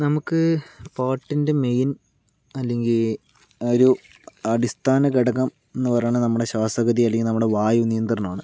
നമുക്ക് പാട്ടിൻ്റെ മെയിൻ അല്ലെങ്കിൽ ഒരു അടിസ്ഥാനഘടകം എന്നു പറയണത് നമ്മുടെ ശ്വാസഗതി അല്ലെങ്കിൽ നമ്മുടെ വായുനിയന്ത്രണം ആണ്